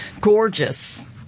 gorgeous